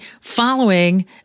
following